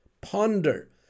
Ponder